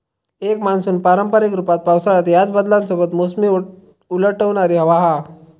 एक मान्सून पारंपारिक रूपात पावसाळ्यात ह्याच बदलांसोबत मोसमी उलटवणारी हवा हा